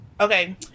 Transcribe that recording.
Okay